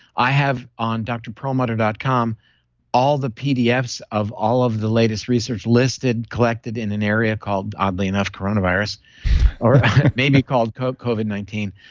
i have on drperlmutter dot com all the pdfs of all of the latest research listed collected in an area called oddly enough coronavirus or maybe called covid covid nineteen.